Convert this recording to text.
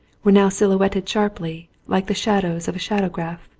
were now silhouetted sharply, like the shadows of a shadowgraph,